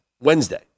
Wednesday